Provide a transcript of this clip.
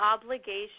obligation